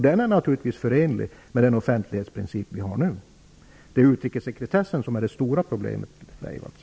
Den är naturligtvis förenlig med den offentlighetsprincip vi har nu. Det är utrikessekretessen som är det stora problemet, Laila